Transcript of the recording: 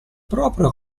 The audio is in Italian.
proprio